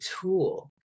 tool